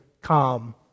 calm